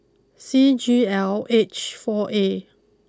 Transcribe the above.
C G L H four A